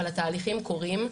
אבל התהליכים קורים.